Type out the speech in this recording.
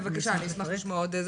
בבקשה אני אשמח לשמוע עוד,